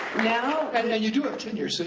now and you do have tenure, so